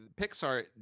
Pixar